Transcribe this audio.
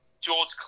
George